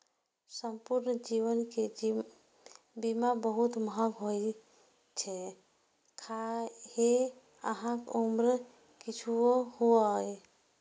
संपूर्ण जीवन के बीमा बहुत महग होइ छै, खाहे अहांक उम्र किछुओ हुअय